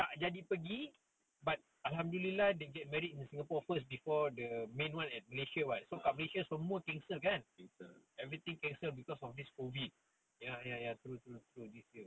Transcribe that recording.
cancel